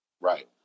Right